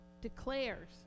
declares